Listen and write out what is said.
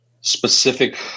specific